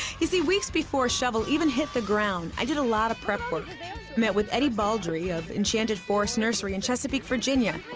you see, weeks before a shovel even hit the ground, i did a lot of prep work. i met with eddie baldree of enchanted forest nursery in chesapeake, virginia.